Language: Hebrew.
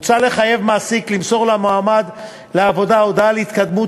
מוצע לחייב מעסיק למסור למועמד לעבודה הודעה על התקדמות